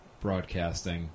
broadcasting